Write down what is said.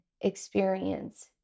experience